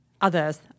others